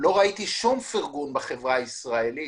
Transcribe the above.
לא ראיתי שום פרגון אמיתי בחברה הישראלית,